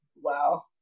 Wow